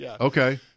okay